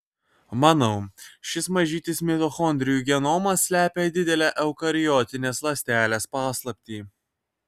manau šis mažytis mitochondrijų genomas slepia didelę eukariotinės ląstelės paslaptį